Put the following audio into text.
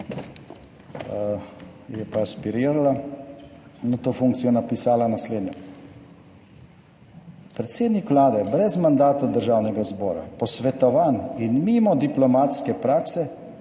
je pa aspirirala na to funkcijo, napisala naslednje, »Predsednik Vlade brez mandata Državnega zbora, posvetovanj in mimo diplomatske prakse